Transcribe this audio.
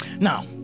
now